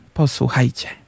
posłuchajcie